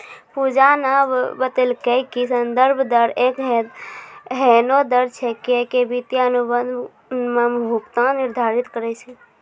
पूजा न बतेलकै कि संदर्भ दर एक एहनो दर छेकियै जे वित्तीय अनुबंध म भुगतान निर्धारित करय छै